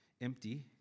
empty